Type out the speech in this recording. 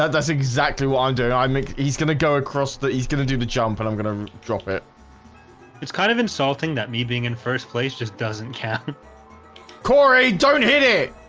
ah that's exactly what i'm doing i think he's gonna go across that he's gonna do the jump and i'm gonna drop it it's kind of insulting that me being in first place just doesn't care cory don't hit it.